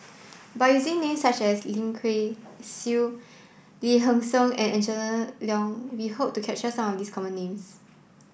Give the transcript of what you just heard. by using names such as Lim Kay Siu Lee Hee Seng and Angela Liong we hope to capture some of the common names